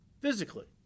physically